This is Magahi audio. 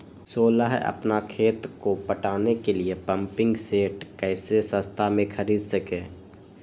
सोलह अपना खेत को पटाने के लिए पम्पिंग सेट कैसे सस्ता मे खरीद सके?